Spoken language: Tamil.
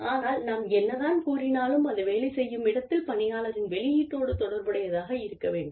ஆனால் நாம் என்ன தான் கூறினாலும் அது வேலை செய்யும் இடத்தில் பணியாளரின் வெளியீட்டோடு தொடர்புடையதாக இருக்க வேண்டும்